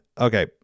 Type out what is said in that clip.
Okay